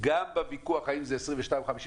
גם בוויכוח האם זה 22%, 56%,